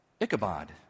Ichabod